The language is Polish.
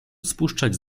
spuszczać